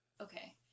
okay